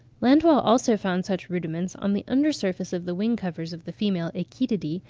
landois also found such rudiments on the under surface of the wing-covers of the female achetidae,